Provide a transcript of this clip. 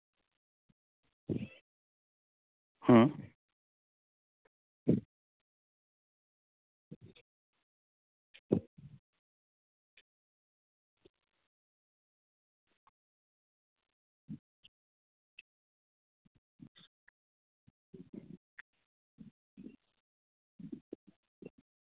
ᱦᱩᱸ